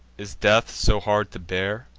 is death so hard to bear?